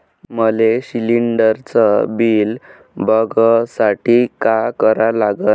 मले शिलिंडरचं बिल बघसाठी का करा लागन?